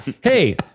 Hey